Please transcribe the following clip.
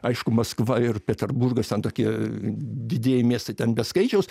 aišku maskva ir peterburgas ten tokie didieji miestai ten be skaičiaus